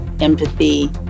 empathy